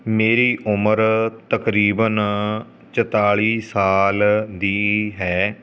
ਮੇਰੀ ਉਮਰ ਤਕਰੀਬਨ ਚੁਤਾਲੀ ਸਾਲ ਦੀ ਹੈ